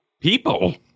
People